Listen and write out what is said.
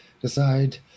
Decide